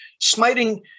smiting